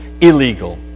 illegal